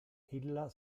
illa